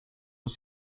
los